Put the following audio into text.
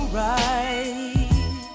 right